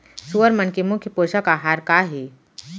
सुअर मन के मुख्य पोसक आहार का हे?